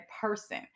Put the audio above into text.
person